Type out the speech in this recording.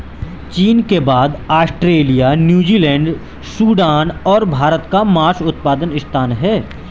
चीन के बाद ऑस्ट्रेलिया, न्यूजीलैंड, सूडान और भारत का मांस उत्पादन स्थान है